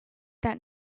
that